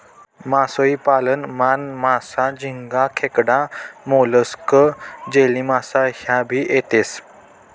मासोई पालन मान, मासा, झिंगा, खेकडा, मोलस्क, जेलीमासा ह्या भी येतेस